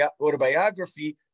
autobiography